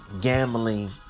gambling